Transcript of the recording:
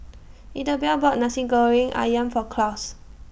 Idabelle bought Nasi Goreng Ayam For Claus